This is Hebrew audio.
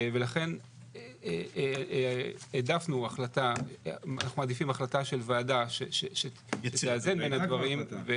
לכן אנחנו מעדיפים החלטה של ועדה שתאזן בין הדברים.